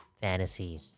fantasy